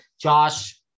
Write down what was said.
Josh